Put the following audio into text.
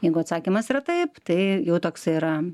jeigu atsakymas yra taip tai jau toks yra